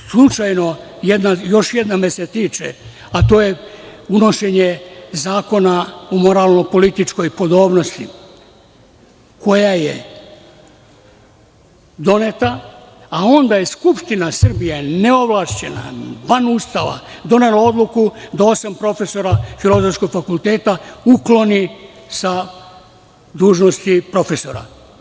Slučajno, još jedna me se tiče, a to je unošenje zakona o moralno političkoj podobnosti, koja je doneta, a onda je Skupština Srbije, neovlašćena, van Ustava, donela odluku da osam profesora Filozofskog fakulteta ukloni sa dužnosti profesora.